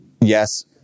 yes